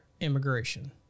immigration